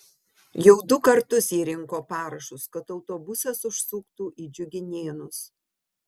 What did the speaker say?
jau du kartus ji rinko parašus kad autobusas užsuktų į džiuginėnus